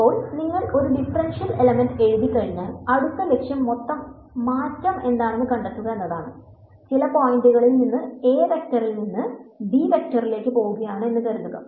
ഇപ്പോൾ നിങ്ങൾ ഒരു ഡിഫറൻഷ്യൽ എലമെന്റ് എഴുതിക്കഴിഞ്ഞാൽ അടുത്ത ലക്ഷ്യം മൊത്തം മാറ്റം എന്താണെന്ന് കണ്ടെത്തുക എന്നതാണ് ചില പോയിന്റുകളിൽ നിന്ന് a വെക്റ്ററിൽ നിന്ന് b വെക്റ്ററിലേക്ക് പോകുകയാണ്എന്ന് കരുതുക